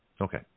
Okay